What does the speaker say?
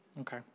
Okay